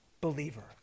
believer